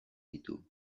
ditu